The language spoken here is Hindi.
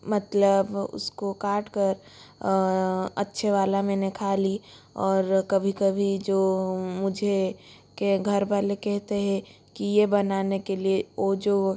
मतलब उसको काट कर अच्छे वाला मैंने खा ली और कभी कभी जो मुझे कि घरवाले कहते हैं कि यह बनाने के लिए वह जो